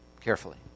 carefully